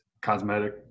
cosmetic